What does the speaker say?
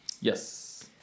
yes